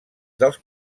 dels